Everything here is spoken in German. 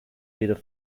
wieder